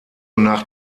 nach